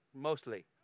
mostly